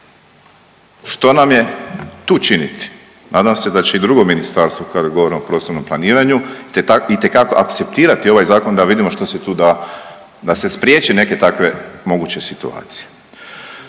Što nam je tu činiti? Nadam se da će i drugo ministarstvo, kad govorimo o prostornom planiranju itekako akceptirati ovaj zakon da vidimo što se tu da da se spriječi neke takve moguće situacije.